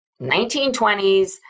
1920s